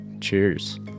Cheers